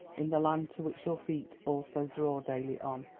in the land to which your feet also draw daily on.